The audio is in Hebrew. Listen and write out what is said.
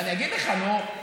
אני אגיד לך, נו.